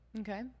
Okay